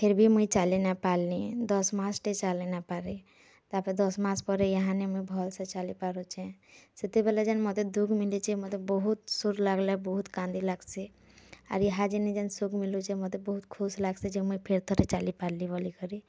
ଫିର୍ ବି ମୁଇଁ ଚାଲି ନାଇପାର୍ଲି ଦଶ୍ ମାସ୍ଟେ ଚାଲି ନାଇପାର୍ଲି ତାପରେ ଦଶ ମାସ୍ ପରେ ଇହାନେ ମୁଇଁ ଭଲସେ ଚାଲିପାରୁଚି ସେଥିବେଲେ ଯେନ୍ ମତେ ଦୁଃଖ୍ ମିଲିଚି ମୋତେ ବହୁତ୍ ସୁର୍ ଲାଗ୍ଲା ବହୁତ୍ କାନ୍ଦି ଲାଗ୍ସି ଆର୍ ଇହା ଜେନ୍ ସବୁ ମିଳୁଛେ ମୋତେ ବହୁତ୍ ଖୁସ୍ ଲାଗ୍ସି ଯେ ମୁଇଁ ଫିର୍ ଥରେ ଚାଲିପାର୍ଲି ବୋଲିକରି